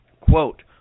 quote